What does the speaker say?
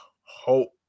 hope